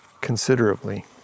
considerably